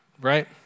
right